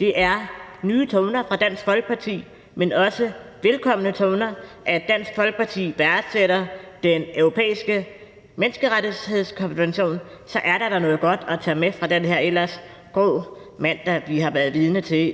Det er nye toner fra Dansk Folkeparti, men også velkomne toner, at Dansk Folkeparti værdsætter Den Europæiske Menneskerettighedskonvention, for så er der da noget godt at tage med fra den her ellers grå mandag, vi har været vidner til